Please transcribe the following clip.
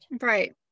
Right